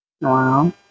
Wow